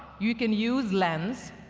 you can use lens,